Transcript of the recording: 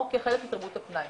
או כחלק מתרבות הפנאי.